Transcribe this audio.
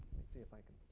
me see if i can